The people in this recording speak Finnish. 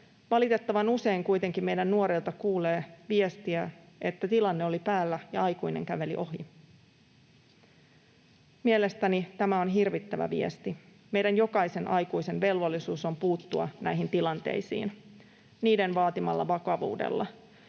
Valitettavan usein kuitenkin meidän nuorilta kuulee viestiä, että tilanne oli päällä ja aikuinen käveli ohi. Mielestäni tämä on hirvittävä viesti. Meidän jokaisen aikuisen velvollisuus on puuttua näihin tilanteisiin niiden vaatimalla vakavuudella.